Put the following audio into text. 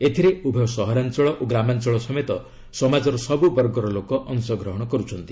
ଏଥିରେ ଉଭୟ ସହରାଞ୍ଚଳ ଓ ଗ୍ରାମାଞ୍ଚଳ ସମେତ ସମାଜର ସବୁ ବର୍ଗର ଲୋକ ଅଂଶଗ୍ରହଣ କରୁଛନ୍ତି